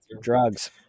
Drugs